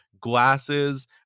glasses